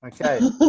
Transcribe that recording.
Okay